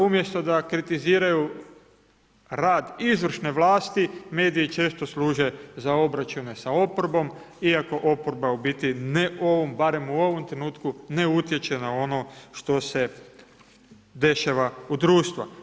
Umjesto da kritiziraju rad izvršne vlasti, mediji često služe za obračune sa oporbom iako oporba u biti ne barem u ovom trenutku ne utječe na ono što se dešava u društvu.